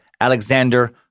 Alexander